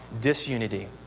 disunity